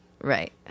Right